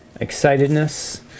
excitedness